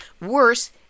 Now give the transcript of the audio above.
Worse